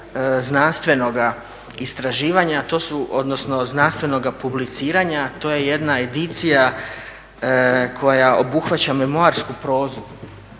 znanstvenoga istraživanja odnosno znanstvenoga publiciranja, a to je jedna edicija koja obuhvaća memoarsku prozu